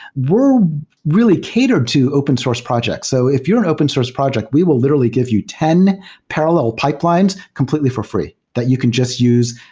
we're really catered to open source projects. so if you're an open source project, we will literally give you ten parallel pipelines completely for free that you can just use.